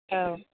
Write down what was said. औ